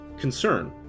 concern